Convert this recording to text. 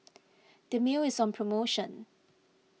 Dermale is on promotion